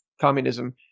communism